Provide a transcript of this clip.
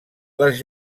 les